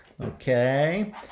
Okay